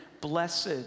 blessed